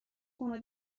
خونه